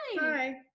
Hi